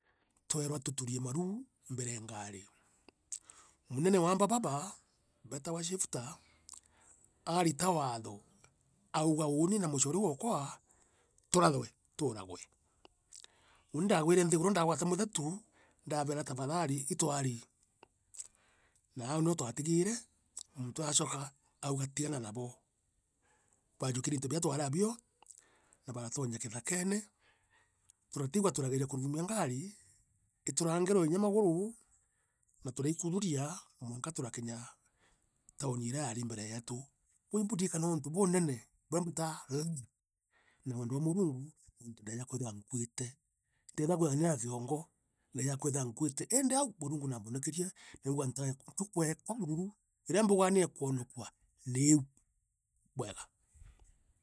tweerwa tuturie maru mbere e ngaari. munene wa aamba baba, beetawa shifter, aarita waatho, auga uuni na mucore ou wookwa, turathwe, tuuragwe. uuni ndaagwire nthiguru ndaagwata muthetu, ndaabera tafadhali itu arii na au nio twaatigire. muntu uu aachoka auga tigana nabo. Baajukirie into biria twaari abio na baratonya kithakene turatigwa turageria kuruumia ngaari, iturangiwe inya maguru na turaikururia mwanka turakinya taoni iria yaare mbere yeetu. Buu ibu ndikanaa untu bunene bura mbitaa, luck, na wendo bwa Murungu, nuntu ndejaa kwithira nkuite. inya a kiongo. ndeejaa kwithira nkuite, iindi au, Murungu naambonokerie na aunga ntuku eekwa bururu ira mbugaa ne kwonokua, niiu. Ibwega.